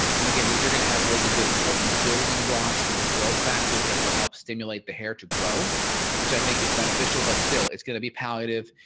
again these are gonna have really good important building blocks and growth factors that will help stimulate the hair to grow which i think is beneficial but still it's going to be palliative.